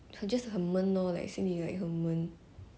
it's just that 很闷 lor like something like 很闷